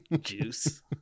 Juice